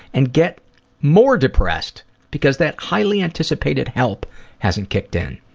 and get more depressed because that highly-anticipated help hasn't kicked in.